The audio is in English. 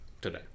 today